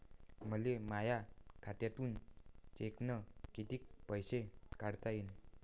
मले माया खात्यातून चेकनं कितीक पैसे काढता येईन?